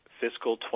Fiscal